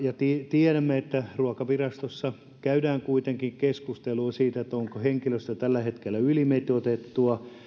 tiedämme ruokavirastossa käydään kuitenkin keskustelua siitä onko henkilöstö tällä hetkellä ylimitoitettua